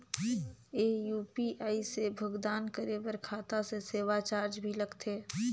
ये यू.पी.आई से भुगतान करे पर खाता से सेवा चार्ज भी लगथे?